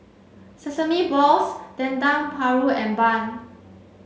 sesame balls Dendeng Paru and bun